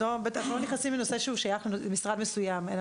אנחנו לא נכנסים לנושא ששייך למשרד מסוים אלא